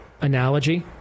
analogy